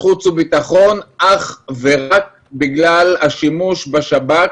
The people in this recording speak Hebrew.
הדיון פה הוא על השימוש בכלי השב"כ